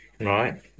right